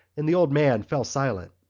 and the old man fell silent,